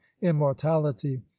immortality